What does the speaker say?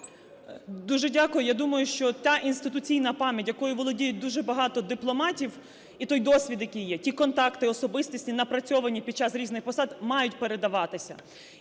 Дуже дякую. Я думаю, що та інституційна пам'ять, якою володіють дуже багато дипломатів, і той досвід, який є, ті контакти особистісні, напрацьовані під час різних посад, мають передаватися.